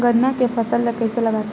गन्ना के फसल ल कइसे लगाथे?